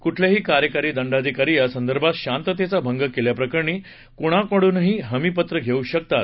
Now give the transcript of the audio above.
कुठलेही कार्यकारी दंडाधिकारी यासंदर्भात शांततेचा भंग केल्याप्रकरणी कुणाकडूनही हमीपत्र घेऊ शकतात